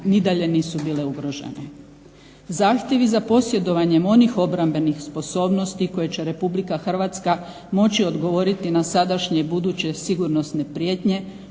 i dalje nisu bile ugrožene. Zahtjevi za posjedovanjem onih obrambenih sposobnosti koje će RH moći odgovoriti na sadašnje i buduće sigurnosne prijetnje